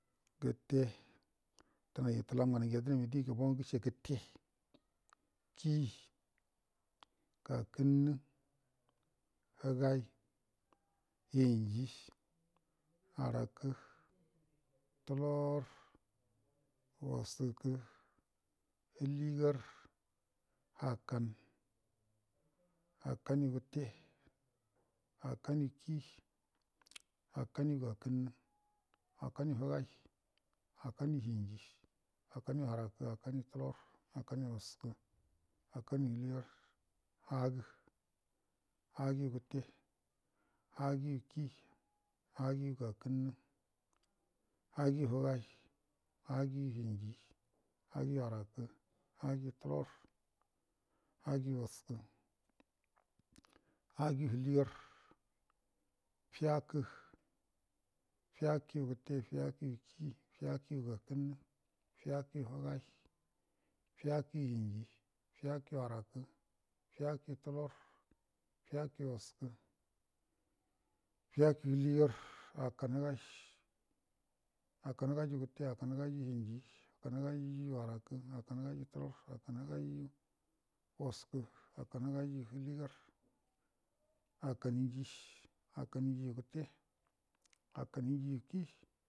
Gətte təlam nganai ngə yadənami dan gubbo nga gəshe gətte kii gakənnə həgayi hinji arakə tulorə waskə həligarə akkan akkangu gətte akkanyu kii akkanyu gakənnə akkangu həgayi akkangu hinji akkangu arakkə akkanyu tubrə akkanyu waskə akkanyu həligarə haagə haagəyu gətte haagəyu kii haagəyu gakənnə haagəyu həgayi haagəyu hinji haagəyu rakə haagəyu talorə haagəyu waskə haagəyu həligarə fiyakə fiyakəyu gəte fiyakəyu kii fiyakəyu gakənnə fiyakəyu həgai fiyakayu hinji fiyakəyu arakə fiyakəyu tulorə fiyakəyu waskə fiyakəyu həligarə akkanəhəgai akkanəhəgai ju gətte akkanə həgai ju kii akkanə həgaiju gakənnə akkanəhəgai ju həgai akkanə həgaiju hinji akkanə həgai ju arakə akkanə həgai ju tulorə akkanə həgai ju waskə akkanhəgai ju həligarə akkanəhinji akkanə hinji ju gətte akkanə hinji ju kii.